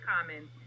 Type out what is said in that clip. common